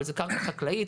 אבל זה קרקע חקלאית.